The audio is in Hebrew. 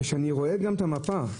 כשאני רואה גם את המפה,